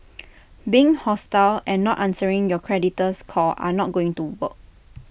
being hostile and not answering your creditor's call are not going to work